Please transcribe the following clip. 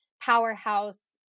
powerhouse